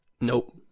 Nope